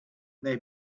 they